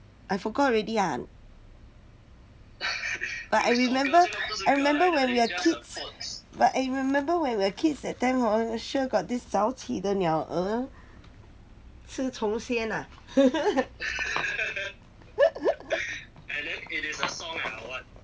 I forgot already ah but I remember I remember when we are kids but I remember when we are kids that time hor sure got this 早起的鸟吃虫先 ah